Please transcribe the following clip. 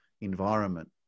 environment